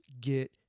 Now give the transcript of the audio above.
get